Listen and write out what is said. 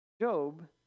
Job